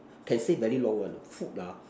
can say very long one ah food ah